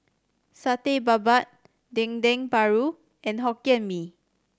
Satay Babat Dendeng Paru and Hokkien Mee